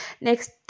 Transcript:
next